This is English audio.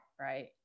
Right